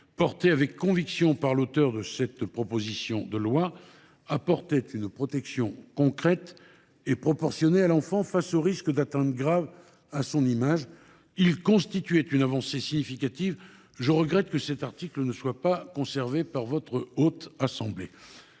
porté avec conviction par l’auteur de cette proposition de loi, apportait une protection concrète et proportionnée à l’enfant confronté aux risques d’atteintes graves à son image. Il constituait une avancée significative. Aussi, je regrette que cet article ne soit pas conservé par votre Haute Assemblée.